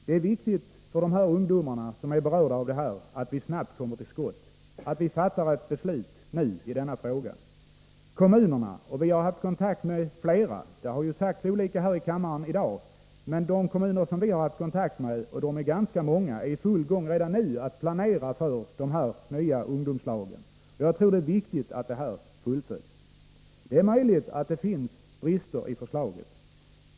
Det är viktigt för de ungdomar som är berörda av detta att vi snabbt kommer till skott, att vi fattar ett beslut nu i denna fråga. Vi har haft kontakt med ganska många kommuner, och de är redan i full gång med att planera för dessa nya ungdomslag. Jag tror det är viktigt att detta arbete fullföljs. Det är möjligt att det finns brister i förslaget.